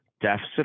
deficit